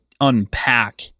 unpack